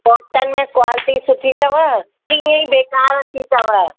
cotton में quality सुठी अथव की इअं ई बेकार सी अथव